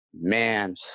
Man